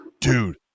dude